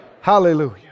Hallelujah